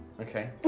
okay